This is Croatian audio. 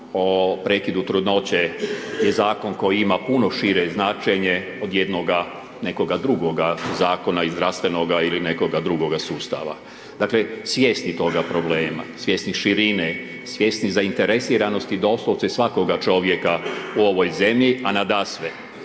o prekidu trudnoće je zakon koji ima puno šire značenje od jednoga nekoga drugoga zakona i zdravstvena ili nekoga drugoga sustava. Dakle, svjesni tog problema. Svjesni širine, svjesni zainteresiranosti doslovce svakog čovjeka u ovoj zemlji, a nadasve